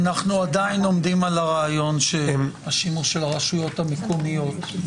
אנחנו עדיין עומדים על הרעיון שהשימוש של הרשויות המקומיות,